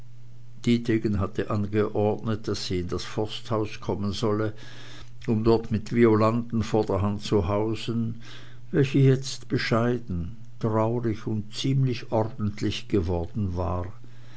dietegen hatte angeordnet daß sie in das forsthaus kommen solle um dort mit violanden vorderhand zu hausen welche jetzt bescheiden traurig und ziemlich ordentlich geworden war